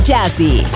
Jazzy